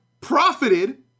profited